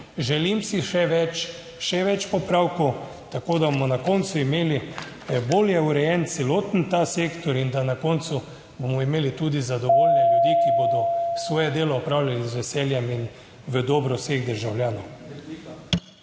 Želim si še več, še več popravkov, tako da bomo na koncu imeli bolje urejen celoten ta sektor in da na koncu bomo imeli tudi zadovoljne ljudi, ki bodo svoje delo opravljali z veseljem in v dobro vseh državljanov.